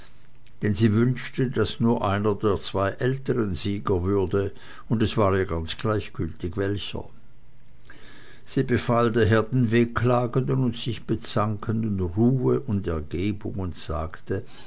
denn sie wünschte daß nur einer der zwei ältern sieger würde und es war ihr ganz gleichgültig welcher sie befahl daher den wehklagenden und sich bezankenden ruhe und ergebung und sagte